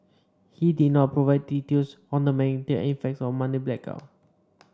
he did not provide details on the magnitude and effects of Monday blackout